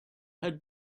had